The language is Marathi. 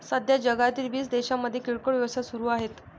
सध्या जगातील वीस देशांमध्ये किरकोळ व्यवसाय सुरू आहेत